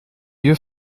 juf